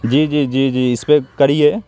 جی جی جی جی اس پہ کریے